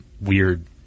weird